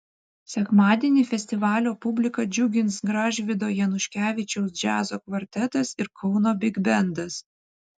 sekmadienį festivalio publiką džiugins gražvydo januškevičiaus džiazo kvartetas ir kauno bigbendas